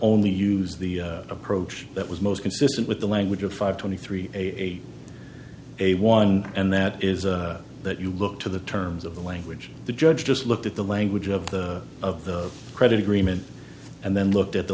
use the approach that was most consistent with the language of five twenty three a a one and that is that you look to the terms of the language the judge just looked at the language of the of the credit agreement and then looked at the